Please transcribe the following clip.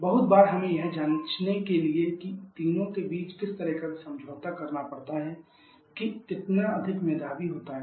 बहुत बार हमें यह जाँचने के लिए कि तीनों के बीच किसी तरह का समझौता करना पड़ता है किं कितना अधिक मेधावी होता है